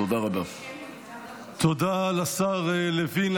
תודה לשר לוין.